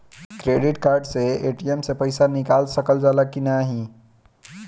Credit card से ATM से पइसा निकाल सकल जाला की नाहीं?